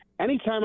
Anytime